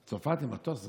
לצרפת, עם מטוס ריק?